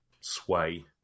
sway